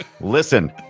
listen